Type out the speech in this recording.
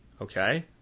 Okay